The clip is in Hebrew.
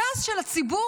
הכעס של הציבור,